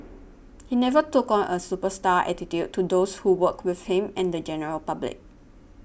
he never took on a superstar attitude to those who worked with him and the general public